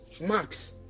max